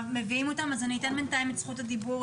אתן בינתיים את זכות הדיבור